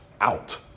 out